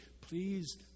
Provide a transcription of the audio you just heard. please